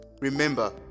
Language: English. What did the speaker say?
Remember